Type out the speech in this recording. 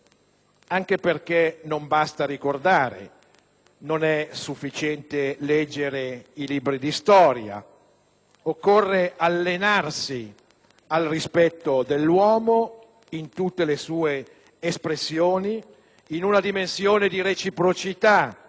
secolo. Ma non basta ricordare, non è sufficiente leggere i libri di storia: occorre allenarsi al rispetto dell'uomo in tutte le sue espressioni, in una dimensione di reciprocità,